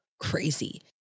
crazy